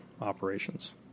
operations